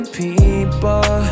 people